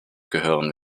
gehören